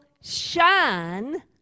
shine